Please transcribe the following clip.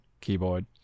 keyboard